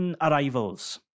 arrivals